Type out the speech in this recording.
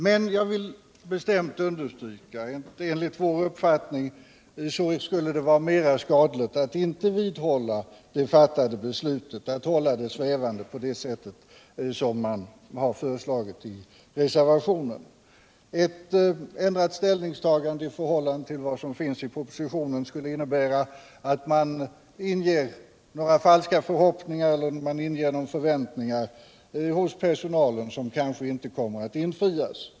Men jag vill dock bestämt understryka att det enligt vår uppfattning skulle vara mer skadligt att inte vidhålla det fattade beslutet om nedläggning än att hålla det hela svävande på det sätt som föreslås i reservationen. Ett ändrat ställningstagande i förhållande till förslagen i propositionen skulle innebära att man inger personalen förhoppningar som kanske inte kommer att infrias.